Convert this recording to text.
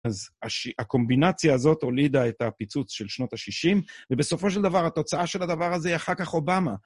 אז הקומבינציה הזאת הולידה את הפיצוץ של שנות ה-60, ובסופו של דבר התוצאה של הדבר הזה היא אחר כך אובמה.